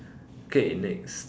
okay next